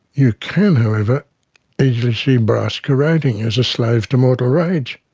you can however easily see brass corroding as a slave to mortal rage.